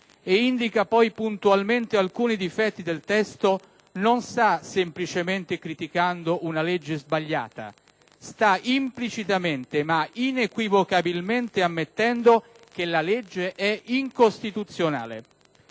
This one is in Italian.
e indica poi puntualmente alcuni difetti del testo, non sta semplicemente criticando una legge sbagliata, ma sta implicitamente, ancorché inequivocabilmente, ammettendo che la legge è incostituzionale.